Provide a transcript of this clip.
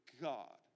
God